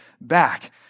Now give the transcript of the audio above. back